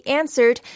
answered